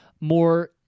more